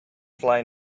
fly